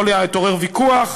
יכול להתעורר ויכוח,